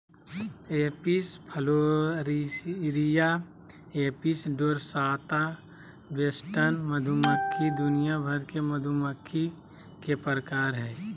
Apis florea, apis dorsata, western मधुमक्खी दुनिया भर के मधुमक्खी के प्रकार हय